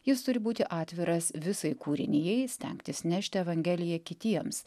jis turi būti atviras visai kūrinijai stengtis nešti evangeliją kitiems